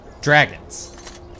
Dragons